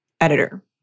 editor